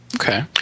Okay